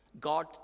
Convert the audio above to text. God